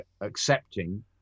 accepting